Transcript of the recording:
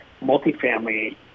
multifamily